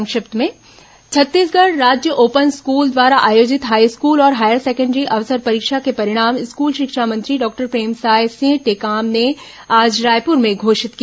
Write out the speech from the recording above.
संक्षिप्त समाचार छत्तीसगढ़ राज्य ओपन स्कूल द्वारा आयोजित हाईस्कूल और हायर सेकण्डरी अवसर परीक्षा के परिणाम स्कूल शिक्षा मंत्री डॉक्टर प्रेमसाय र्सिंह टेकाम ने आज रायपूर्र में घोषित किया